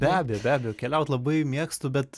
be abejo be abejo keliaut labai mėgstu bet